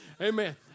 Amen